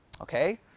Okay